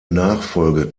nachfolge